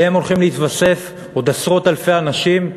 אליהם הולכים להתווסף עוד עשרות-אלפי אנשים,